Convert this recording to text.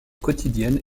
quotidiennes